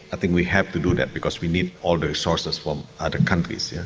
i think we have to do that because we need all the resources from other countries, yeah